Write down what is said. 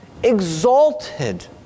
exalted